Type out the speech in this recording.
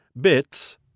BITS